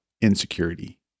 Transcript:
insecurity